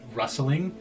rustling